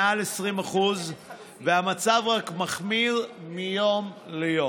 מעל 20% והמצב רק מחמיר מיום ליום.